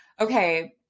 okay